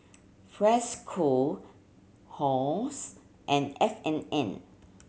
Freshkon Halls and F and N